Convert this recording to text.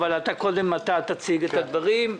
אבל קודם אתה תציג את הדברים.